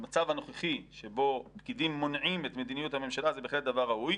במצב הנוכחי שבו פקידים מונעים את מדיניות הממשלה זה בהחלט דבר ראוי,